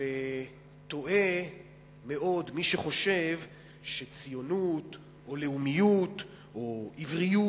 וטועה מאוד מי שחושב שציונות או לאומיות או עבריות,